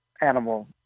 animal